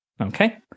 okay